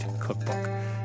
Cookbook